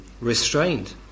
restrained